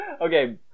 Okay